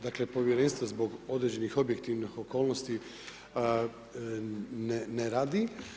Dakle, povjerenstvo zbog određenih objektivnih okolnosti ne radi.